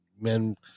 men